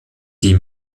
die